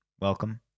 welcome